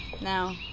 Now